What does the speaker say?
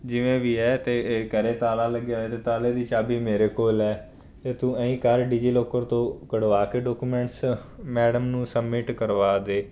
ਜਿਵੇਂ ਵੀ ਹੈ ਅਤੇ ਇਹ ਘਰ ਤਾਲਾ ਲੱਗਿਆ ਹੋਇਆ ਅਤੇ ਤਾਲੇ ਦੀ ਚਾਬੀ ਮੇਰੇ ਕੋਲ ਹੈ ਤੇ ਤੂੰ ਹੈਂ ਹੀ ਕਰ ਡੀਜੀਲੋਕਰ ਤੋਂ ਕਢਵਾ ਕੇ ਡਾਕੂਮੈਂਟਸ ਮੈਡਮ ਨੂੰ ਸਬਮਿਟ ਕਰਵਾ ਦੇ